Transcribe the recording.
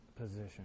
position